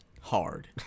Hard